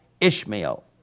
Ishmael